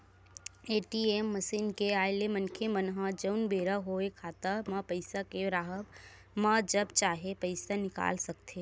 ATM machine के आय ले मनखे मन ह जउन बेरा होय खाता म पइसा के राहब म जब चाहे पइसा निकाल सकथे